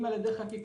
אם על ידי חקיקה,